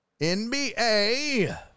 NBA